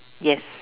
yes